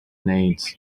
needs